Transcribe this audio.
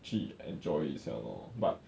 去 enjoy 一下 lor but